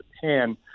Japan